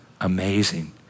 Amazing